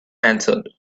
answered